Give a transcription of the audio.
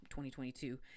2022